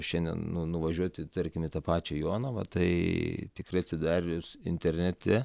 šiandien nu nuvažiuoti tarkim į tą pačią jonavą tai tikrai atsidarius internete